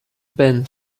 ben